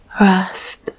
rest